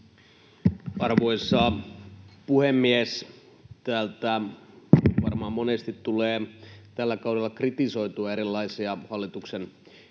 Arvoisa puhemies! Kun täältä varmaan monesti tulee tällä kaudella kritisoitua erilaisia hallituksen esityksiä,